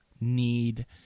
need